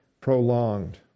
prolonged